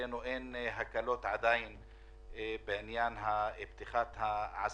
אצלנו הקלות בפתיחת העסקים.